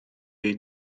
jej